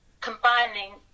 combining